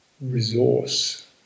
Resource